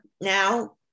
now